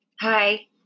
Hi